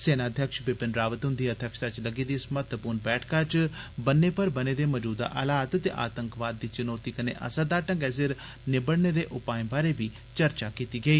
सेनाध्यक्ष बिपिन रावत हुन्दी अध्यक्षता च लग्गी दी इस महत्वपूर्ण बैठका च बन्ने पर बने दे मजूदा हालात ते आतंकवाद दी चुनोती कन्ने असरदार ढंगै सिर निबड़ने दे उपाए बारै चर्चा कीती गेई